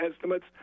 estimates